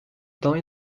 temps